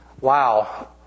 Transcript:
wow